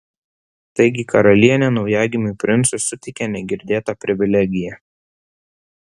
taigi karalienė naujagimiui princui suteikė negirdėtą privilegiją